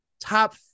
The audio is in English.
top